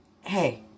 hey